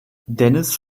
dennis